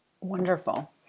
Wonderful